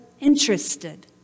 interested